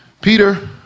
Peter